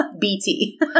bt